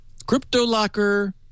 CryptoLocker